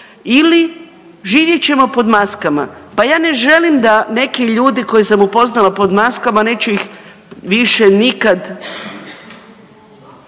Ili, živjet ćemo pod maskama. Pa ja ne želim da neki ljudi koje sam upoznala pod maskama, neću ih više nikad,